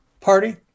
party